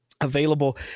available